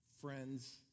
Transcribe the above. friends